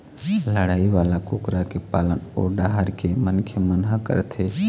लड़ई वाला कुकरा के पालन ओ डाहर के मनखे मन ह करथे